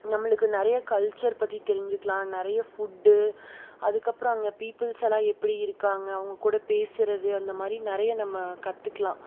நம்மளுக்கு நிறைய கல்ச்சர் பற்றி தெரிஞ்சிக்கலாம் நிறைய ஃபுட்டு அதுக்கப்புறம் அங்கே பீப்புல்ஸ்ஸெல்லா எப்படி இருக்காங்க அவங்க கூட பேசுகிறது அந்த மாதிரி நிறைய நம்ம கற்றுக்குலாம்